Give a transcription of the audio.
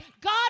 God